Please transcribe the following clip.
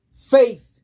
Faith